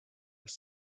was